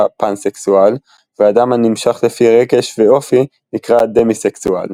פאנסקסואל ואדם הנמשך לפי רגש ואופי נקרא דמיסקסואל.